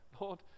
Lord